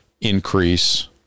increase